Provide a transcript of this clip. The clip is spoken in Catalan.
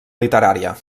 literària